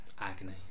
Agony